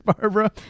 Barbara